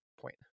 point